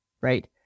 right